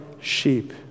sheep